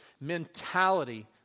mentality